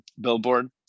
billboard